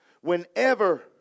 Whenever